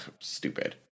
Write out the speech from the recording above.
stupid